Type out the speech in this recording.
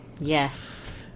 Yes